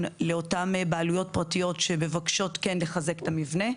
לאותן בעלויות פרטיות שמבקשות כן לחזק את המבנה.